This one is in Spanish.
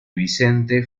vicente